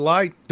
Light